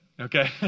Okay